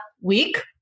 week